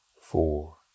four